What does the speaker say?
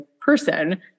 person